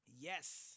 Yes